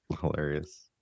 hilarious